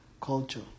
culture